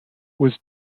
was